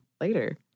later